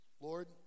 Lord